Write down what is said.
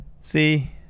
See